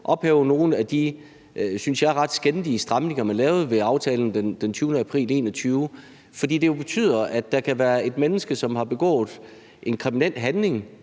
synes jeg, ret skændige stramninger, man lavede ved aftalen den 20. april 2021. Det betyder jo, at der kan være et menneske, som har begået en kriminel handling,